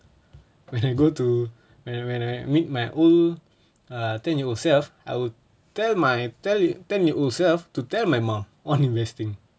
when I go to when I when I meet my old err ten-year-old self I would tell my tell tell my ten-year-old self to tell my mum on investing